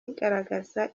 igaragaza